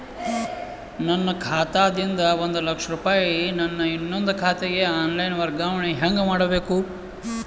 ನನ್ನ ಖಾತಾ ದಿಂದ ಒಂದ ಲಕ್ಷ ರೂಪಾಯಿ ನನ್ನ ಇನ್ನೊಂದು ಖಾತೆಗೆ ಆನ್ ಲೈನ್ ವರ್ಗಾವಣೆ ಹೆಂಗ ಮಾಡಬೇಕು?